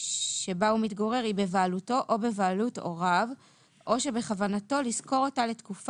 שבה הוא מתגורר, ובלבד שחלפו חמש